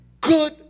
good